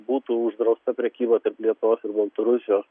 būtų uždrausta prekyba tarp lietuvos ir baltarusijos